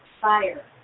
fire